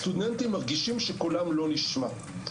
הסטודנטים מרגישים שקולם לא נשמע.